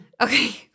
Okay